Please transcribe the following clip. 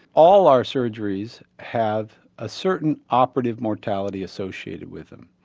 all our surgeries have a certain operative mortality associated with them.